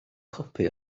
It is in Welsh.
copi